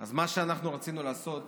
אז מה שרצינו לעשות